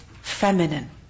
feminine